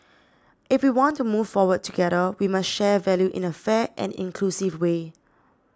if we want to move forward together we must share value in a fair and inclusive way